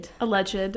Alleged